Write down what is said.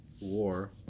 war